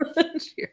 Cheers